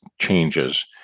changes